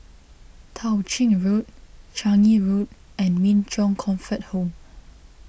Tao Ching Road Changi Road and Min Chong Comfort Home